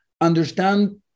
understand